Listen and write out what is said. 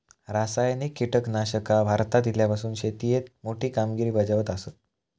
रासायनिक कीटकनाशका भारतात इल्यापासून शेतीएत मोठी कामगिरी बजावत आसा